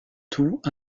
tout